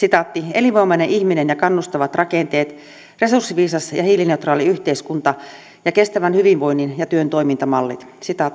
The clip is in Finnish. elinvoimainen ihminen ja kannustavat rakenteet resurssiviisas ja hiilineutraali yhteiskunta ja kestävän hyvinvoinnin ja työn toimintamallit